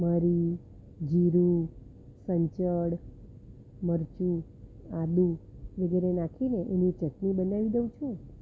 મરી જીરું સંચળ મરચું આદું વગેરે નાખીને એની ચટણી બનાવી દઉ છું